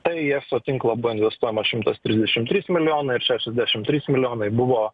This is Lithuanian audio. tai eso tinklo buvo investuojama šimtas trisdešim trys milijonai ir šešiasdešim trys milijonai buvo